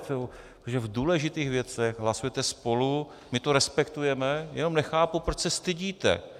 To, že v důležitých věcech hlasujete spolu, my to respektujeme, jenom nechápu, proč se stydíte.